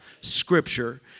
Scripture